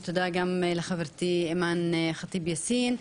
ותודה גם לחברתי אימאן ח'טיב יאסין.